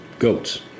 goats